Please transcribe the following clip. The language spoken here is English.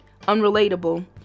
unrelatable